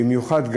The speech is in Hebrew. במיוחד,